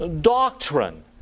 doctrine